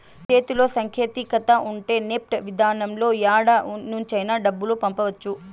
చేతిలో సాంకేతికత ఉంటే నెఫ్ట్ విధానంలో యాడ నుంచైనా డబ్బులు పంపవచ్చు